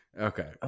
Okay